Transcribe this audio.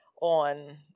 on